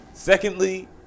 Secondly